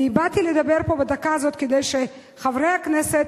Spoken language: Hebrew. אני באתי לדבר פה, בדקה הזאת, כדי שחברי הכנסת